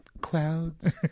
clouds